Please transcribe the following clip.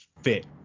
fit